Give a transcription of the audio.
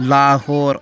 Lahore